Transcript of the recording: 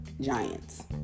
Giants